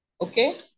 Okay